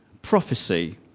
Prophecy